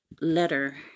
letter